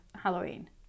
Halloween